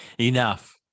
enough